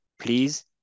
please